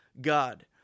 God